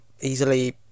easily